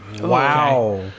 Wow